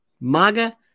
MAGA